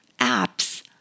apps